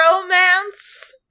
romance